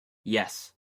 yes